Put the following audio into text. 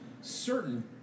certain